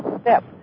step